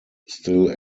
still